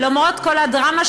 למרות כל הדרמה שהתחוללה,